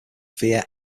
via